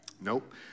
Nope